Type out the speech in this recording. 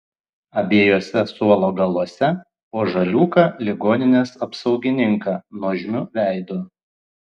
abiejuose suolo galuose po žaliūką ligoninės apsaugininką nuožmiu veidu